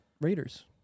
Raiders